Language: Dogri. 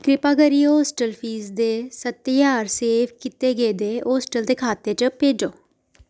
कृपा करियै होस्टल फीस दे सतत्ती ज्हार सेव कीते गेदे होस्टल दे खाते च भेजो